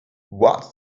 what